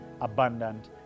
abundant